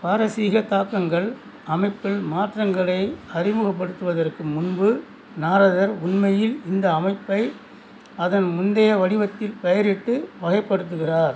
பாரசீகத் தாக்கங்கள் அமைப்பில் மாற்றங்களை அறிமுகப்படுத்துவதற்கு முன்பு நாரதர் உண்மையில் இந்த அமைப்பை அதன் முந்தைய வடிவத்தில் பெயரிட்டு வகைப்படுத்துகிறார்